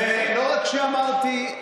לא רק שאמרתי,